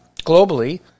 globally